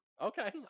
Okay